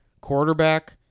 quarterback